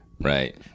Right